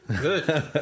Good